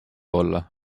olla